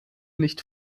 nicht